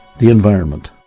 the environment.